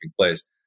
place